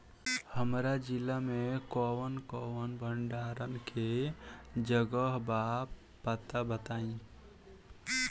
हमरा जिला मे कवन कवन भंडारन के जगहबा पता बताईं?